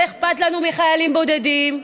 ואכפת לנו מחיילים בודדים,